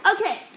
Okay